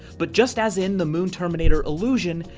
but just as in the moon terminator illusion,